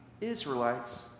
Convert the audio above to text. Israelites